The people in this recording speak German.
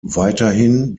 weiterhin